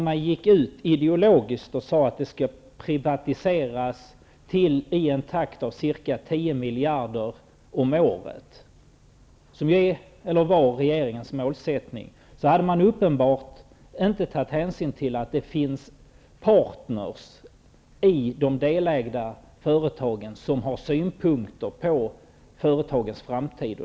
Man gick ut ideologiskt att man skall privatisera i en takt av cirka tio miljarder om året. Detta är eller var regeringens målsättning. Man hade uppenbart inte tagit hänsyn till att det finns partner i de delägda företagen som har synpunkter på företagens framtid.